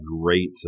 great